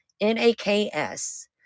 n-a-k-s